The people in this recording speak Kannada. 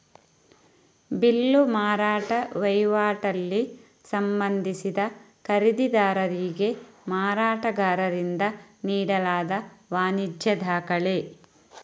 ಬಿಲ್ಲು ಮಾರಾಟ ವೈವಾಟಲ್ಲಿ ಸಂಬಂಧಿಸಿದ ಖರೀದಿದಾರರಿಗೆ ಮಾರಾಟಗಾರರಿಂದ ನೀಡಲಾದ ವಾಣಿಜ್ಯ ದಾಖಲೆ